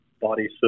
body